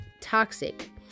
toxic